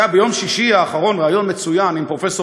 היה ביום שישי האחרון ריאיון מצוין עם פרופסור